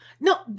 No